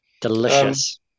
delicious